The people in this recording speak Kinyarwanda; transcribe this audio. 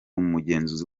umugenzuzi